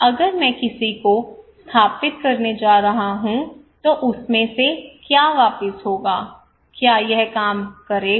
अगर मैं किसी को स्थापित करने जा रहा हूं तो उसमें से क्या वापिस होगा क्या यह काम करेगा